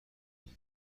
این